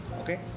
Okay